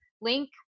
link